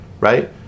right